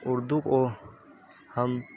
اردو کو ہم